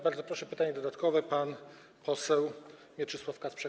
Bardzo proszę, pytanie dodatkowe, pan poseł Mieczysław Kasprzak.